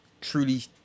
truly